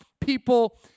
people